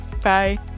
Bye